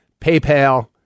PayPal